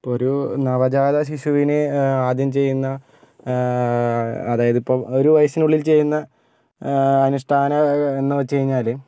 ഇപ്പം ഒരു നവജാത ശിശുവിന് ആദ്യം ചെയ്യുന്ന അതായത് ഇപ്പം ഒരു വയസ്സിന് ഉള്ളിൽ ചെയ്യുന്ന അനിഷ്ടാന എന്ന് വെച്ച് കഴിഞ്ഞാല്